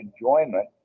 enjoyment